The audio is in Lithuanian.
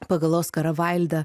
pagal oskarą vaildą